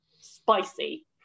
spicy